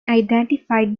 identified